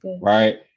right